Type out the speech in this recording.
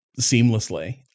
seamlessly